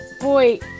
boy